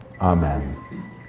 Amen